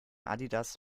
adidas